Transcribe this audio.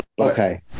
Okay